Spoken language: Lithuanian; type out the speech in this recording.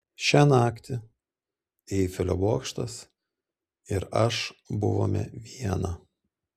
šią naktį eifelio bokštas ir aš buvome viena